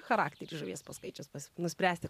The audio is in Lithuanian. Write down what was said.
charakterį žuvies paskaičius pas nuspręsti